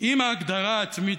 אם ההגדרה העצמית,